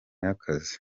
y’akazi